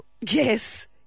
Yes